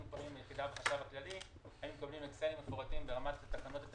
פונים לחשב הכללי והיינו מקבלים נתונים מפורטים ברמה של תקנות,